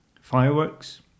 fireworks